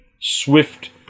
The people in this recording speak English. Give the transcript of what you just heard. Swift